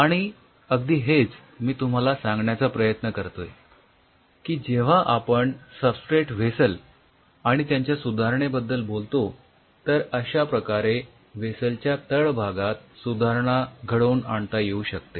आणि अगदी हेच मी तुम्हाला सांगण्याचा प्रयत्न करतोय की जेव्हा आपण स्बस्ट्रेट व्हेसल आणि त्यांच्या सुधारणेबद्दल बोलतो तर अश्या प्रकारे व्हेसलच्या तळभागात सुधारणा घडवून आणता येऊ शकते